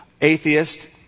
Atheist